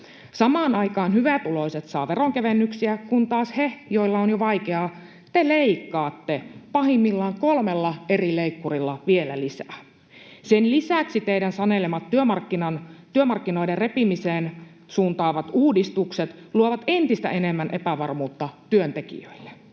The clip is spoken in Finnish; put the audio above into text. Samaan aikaan hyvätuloiset saavat veronkevennyksiä, kun taas heiltä, joilla on jo vaikeaa, te leikkaatte pahimmillaan kolmella eri leikkurilla vielä lisää. Sen lisäksi teidän sanelemanne työmarkkinoiden repimiseen suuntaavat uudistukset luovat entistä enemmän epävarmuutta työntekijöille.